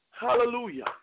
Hallelujah